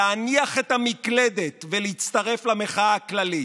להניח את המקלדת ולהצטרף למחאה הכללית.